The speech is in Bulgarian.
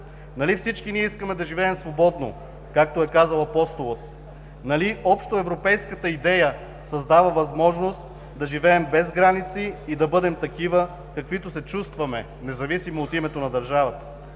всички ние искаме да живеем свободно, както е казал Апостола? Нали общоевропейската идея създава възможност да живеем без граници и да бъдем такива, каквито се чувстваме, независимо от името на държавата?